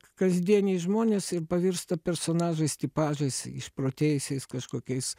kasdieniai žmonės ir pavirsta personažais tipažais išprotėjusiais kažkokiais